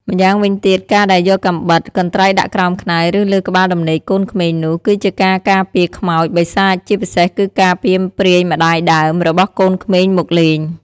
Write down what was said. ម្យ៉ាងវិញទៀតការដែលគេយកកាំបិត កន្ត្រៃដាក់ក្រោមខ្នើយ ឬលើក្បាលដំណេកកូនក្មេងនោះ គឺជាការការពារខ្មោច បិសាចជាពិសេសគឺការពារព្រាយម្តាយដើម របស់កូនក្មេងមកលេង។